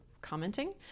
commenting